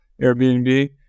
airbnb